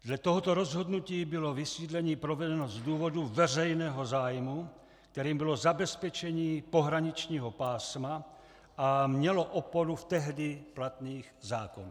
Dle tohoto rozhodnutí bylo vysídlení provedeno z důvodu veřejného zájmu, kterým bylo zabezpečení pohraničního pásma, a mělo oporu v tehdy platných zákonech.